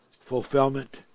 fulfillment